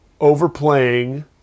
overplaying